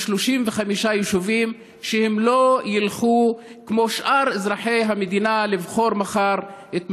35 יישובים שלא ילכו כמו שאר אזרחי המדינה לבחור מחר את מנהיגיהם.